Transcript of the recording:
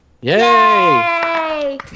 Yay